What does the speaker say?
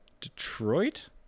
Detroit